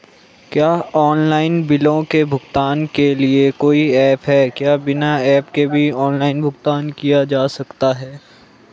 क्या ऑनलाइन बिलों के भुगतान के लिए कोई ऐप है क्या बिना ऐप के भी ऑनलाइन भुगतान किया जा सकता है?